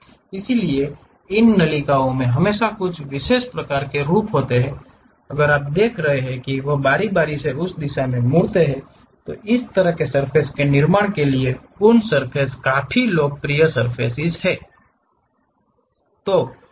इसलिए इन नलिकाओं में हमेशा कुछ विशेष प्रकार के रूप होते हैं अगर आप देख रहे हैं कि वे बारी बारी से उस दिशा में मुड़ते हैं तो उस तरह के सर्फ़ेस के निर्माण के लिए ये कून्स सतहें काफी लोकप्रिय हैं